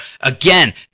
again